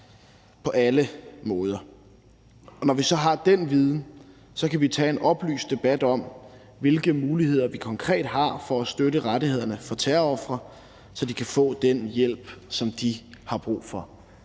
på alle måder. Når vi så har den viden, kan vi tage en oplyst debat om, hvilke muligheder vi konkret har for at støtte rettighederne for terrorofre, så de kan få den hjælp, som de har brug for.